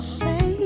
say